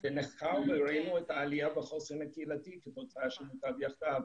זה נחקר וראינו את העלייה בחוסן הקהילתי כתוצאה של 'מוטב יחדיו',